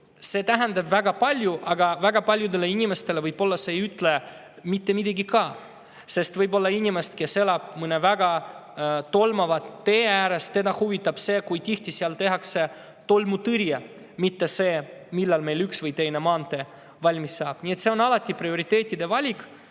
see tähendab väga palju, aga samas väga paljudele inimestele ei ütle see tegelikult võib-olla mitte midagi. Inimest, kes elab mõne väga tolmava tee ääres, võib huvitada see, kui tihti seal tehakse tolmutõrjet, mitte see, millal meil üks või teine maantee valmis saab. Nii et see on alati prioriteetide valik.